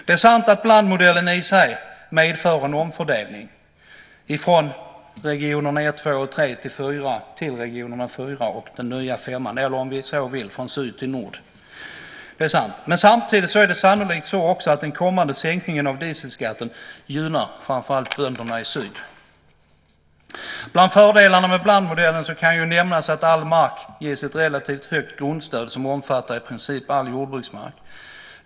Det är sant att blandmodellen i sig också medför en stor omfördelning av stöden från regionerna 1, 2 och 3 till regionerna 4 och den nya 5:an, eller om vi så vill från syd till nord. Samtidigt är det sannolikt så att den kommande sänkningen av dieselskatten gynnar framför allt bönderna i syd. Bland fördelarna med blandmodellen kan nämnas att all mark ges ett relativt högt grundstöd som omfattar i princip all jordbruksmark.